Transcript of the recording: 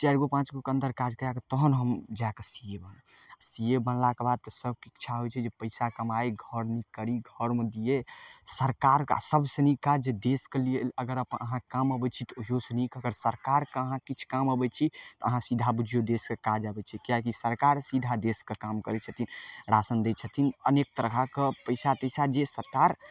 चारि गो पाँच गो के अन्दर काज करैके तहन हम जाके सी ए बनब सी ए बनलाके बाद तऽ सबके इच्छा होइ छै जे पैसा कमाइए घर नीक करी घरमे दियै सरकारके सबसँ नीक काज जे देशके लिए अगर अपन अहाँ काम अबै छी तऽ ओहियोसँ नीक अगर सरकारके अहाँ किछु काम अबै छी तऽ अहाँ सीधा बुझियौ देशके काज अबै छी किएककि सरकार सीधा देशके काम करै छथिन राशन दै छथिन अनेक तरहक पैसा तैसा जे सरकार